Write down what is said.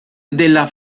della